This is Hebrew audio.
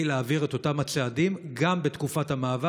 להעביר את אותם הצעדים גם בתקופת המעבר.